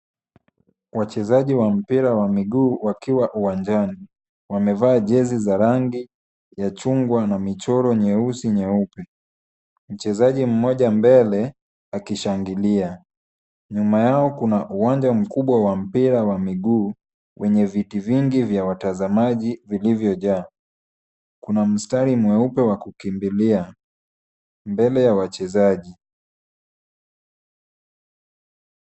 Wachezaji wa mpira wa miguu wakiwa uwanjani. Wamevaa jezi za rangi ya chungwa na michoro nyeusi, nyeupe. Mchezaji mmoja mbele, akishangilia. Nyuma yao kuna uwanja mkubwa wa mpira wa miguu, wenye viti vingi vya watazamaji vilivyojaa. Kuna mstari mweupe wa kukimbilia mbele ya wachezaji.